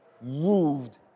moved